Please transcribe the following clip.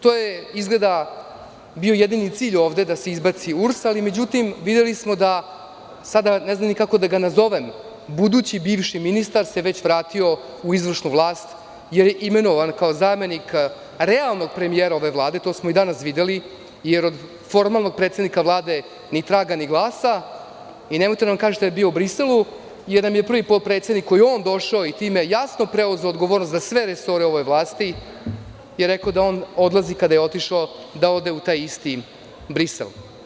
To je izgleda bio jedini cilj ovde, da se izbaci URS, ali međutim, videli smo, sada ne znam ni kako da ga nazovem, budući bivši ministar se već vratio u izvršnu vlast, imenovan je kao zamenik realnog premijera ove Vlade, to smo i danas videli, jer od formalnog predsednika Vlade ni traga, ni glasa i nemojte da nam kažete da je bio u Briselu, jer nam je prvi potpredsednik, koji je došao i time jasno preuzeo odgovornost za sve resore ove vlasti, rekao da on odlazi, kada je otišao da ode u taj isti Brisel.